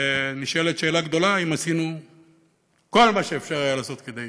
ונשאלת שאלה גדולה אם עשינו כל מה שאפשר היה לעשות כדי